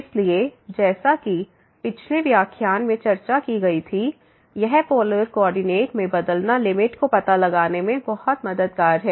इसलिए जैसा कि पिछले व्याख्यान में चर्चा की गई थी यह पोलर कोऑर्डिनेट में बदलना लिमिट का पता लगाने में बहुत मददगार है